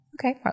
Okay